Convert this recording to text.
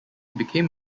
became